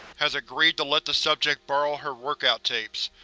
has agreed to let the subject borrow her workout tapes.